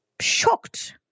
shocked